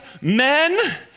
men